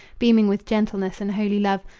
beaming with gentleness and holy love,